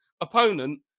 opponent